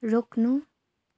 रोक्नु